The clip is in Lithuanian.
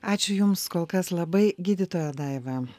ačiū jums kol kas labai gydytoja daiva